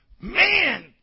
Man